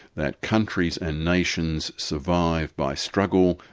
that countries and nations survived by struggle,